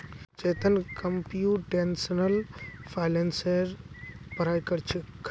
Chetan computational फाइनेंसेर पढ़ाई कर छेक